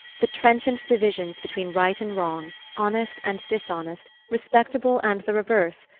the trenchant divisions between right and wrong, honest and dishonest, respectable and the reverse,